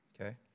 okay